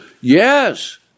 Yes